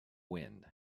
wind